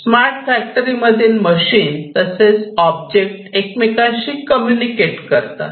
smart factory मधील machine तसेच object एकमेकांशी कम्युनिकेट करतात